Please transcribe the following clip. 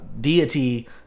deity